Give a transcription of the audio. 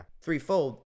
threefold